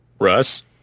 Russ